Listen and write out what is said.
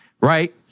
right